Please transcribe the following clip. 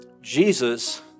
Jesus